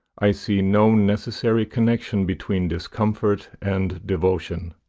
i see no necessary connection between discomfort and devotion.